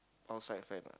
outside friend ah